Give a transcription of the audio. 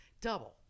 Double